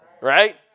right